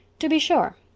to be sure,